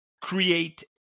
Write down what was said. create